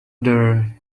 they